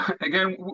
again